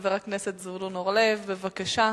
חבר הכנסת זבולון אורלב, בבקשה.